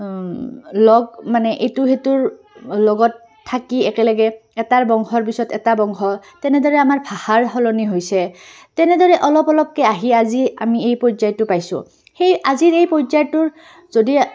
লগ মানে এটো সিটোৰ লগত থাকি একেলগে এটাৰ বংশৰ পিছত এটা বংশ তেনেদৰে আমাৰ ভাষাৰ সলনি হৈছে তেনেদৰে অলপ অলপকৈ আহি আজি আমি এই পৰ্যায়টো পাইছোঁ সেই আজিৰ এই পৰ্যায়টোৰ যদি